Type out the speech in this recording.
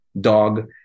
dog